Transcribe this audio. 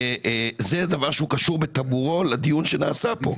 זה דבר שהוא קשור בטבורו לדיון שנעשה כאן.